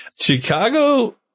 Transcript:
Chicago